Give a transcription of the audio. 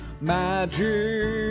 Magic